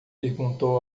perguntou